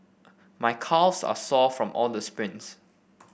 my calves are sore from all the sprints